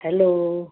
hello